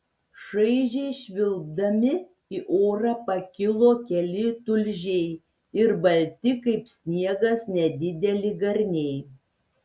šaižiai švilpdami į orą pakilo keli tulžiai ir balti kaip sniegas nedideli garniai